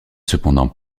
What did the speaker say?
cependant